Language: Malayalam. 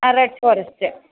ആ റെഡ് ഫോറെസ്റ്റ്